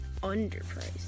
underpriced